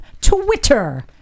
Twitter